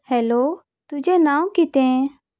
hello तुजें नांव कितें